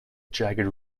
jagged